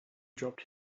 dropped